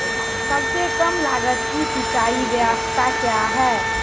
सबसे कम लगत की सिंचाई ब्यास्ता क्या है?